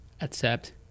accept